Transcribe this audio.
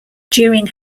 during